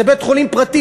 זה בית-חולים פרטי,